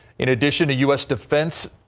in addition the u s. defense.